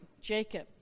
Jacob